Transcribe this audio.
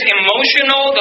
emotional